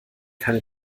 keine